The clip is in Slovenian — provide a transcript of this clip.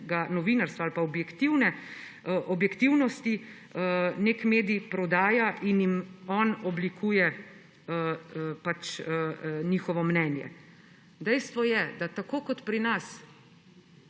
novinarstva ali pa objektivne objektivnosti nek medij prodaja in jim oni oblikuje njihovo mnenje. Dejstvo je, da tako kot pri nas